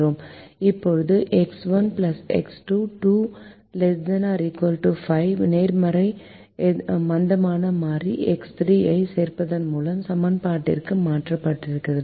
இப்போது X 1 X 2 ≤ 5 நேர்மறை மந்தமான மாறி எக்ஸ் 3 ஐ சேர்ப்பதன் மூலம் சமன்பாட்டிற்கு மாற்றப்படுகிறது